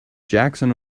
jackson